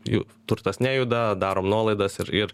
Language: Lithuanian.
jų turtas nejuda darom nuolaidas ir ir